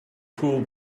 cool